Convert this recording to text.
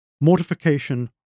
Mortification